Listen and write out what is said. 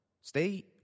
Stay